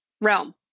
realm